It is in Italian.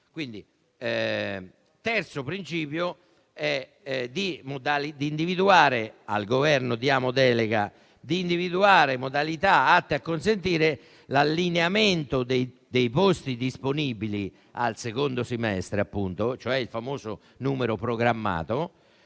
Il terzo principio è che diamo delega al Governo di individuare modalità atte a consentire l'allineamento dei posti disponibili al secondo semestre, cioè il famoso numero programmato,